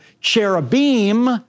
cherubim